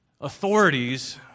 Authorities